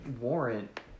warrant